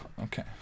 okay